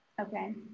Okay